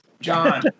John